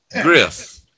Griff